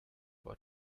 what